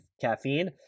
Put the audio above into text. caffeine